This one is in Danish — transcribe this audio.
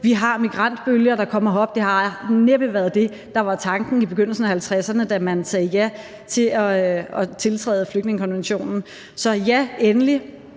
vi har migrantbølger, der kommer herop; det har næppe været det, der var tanken, da man i begyndelsen af 1950'erne sagde ja til at tiltræde flygtningekonventionen. Så ja, endelig!